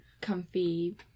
comfy